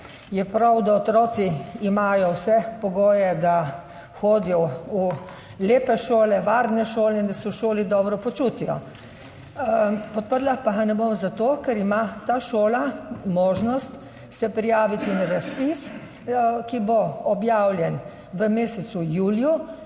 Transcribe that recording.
je prav, da otroci imajo vse pogoje, da hodijo v lepe šole, varne šole in da se v šoli dobro počutijo. Podprla pa ga ne bom zato, ker ima ta šola možnost se prijaviti na razpis, ki bo objavljen v mesecu juliju,